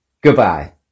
goodbye